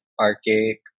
archaic